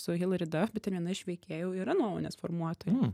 su hilari duf bet ten viena iš veikėjų yra nuomonės formuotoja